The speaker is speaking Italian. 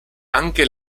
anche